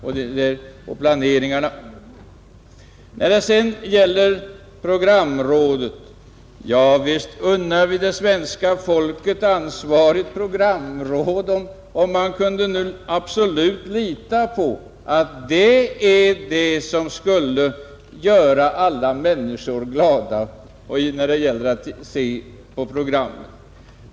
Beträffande programrådet vill jag säga att visst unnar vi svenska folket ett ansvarigt programråd — om man nu absolut kan lita på att det är det som skall göra alla människor glada när de ser på programmen.